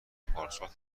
پارسال